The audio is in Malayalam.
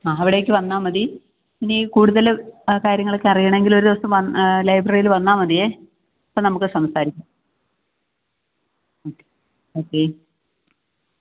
ആ അവിടേക്ക് വന്നാല് മതി ഇനി കൂടുതല് കാര്യങ്ങളെക്കെ അറിയണമെങ്കില് ഒരു ദിവസം ലൈബ്രറിയില് വന്നാല് മതി അപ്പം നമുക്ക് സംസാരിക്കാം ഓക്കെ ഓക്കെ